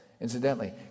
Incidentally